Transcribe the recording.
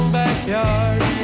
backyard